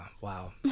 Wow